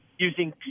using